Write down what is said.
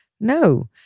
No